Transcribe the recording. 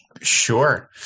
Sure